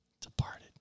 Departed